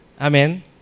Amen